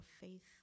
faith